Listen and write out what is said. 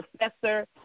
professor